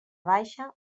baixa